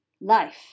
life